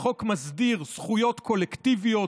החוק מסדיר זכויות קולקטיביות,